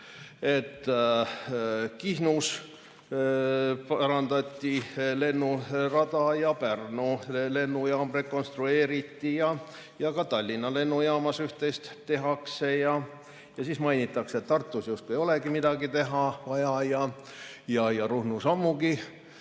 Kihnus parandati lennurada, Pärnu Lennujaam rekonstrueeriti ja ka Tallinna Lennujaamas üht-teist tehakse. Mainitakse, et Tartus justkui ei olegi midagi teha vaja ja Ruhnus ammugi